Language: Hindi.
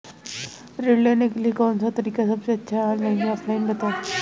ऋण लेने के लिए कौन सा तरीका सबसे अच्छा है ऑनलाइन या ऑफलाइन बताएँ?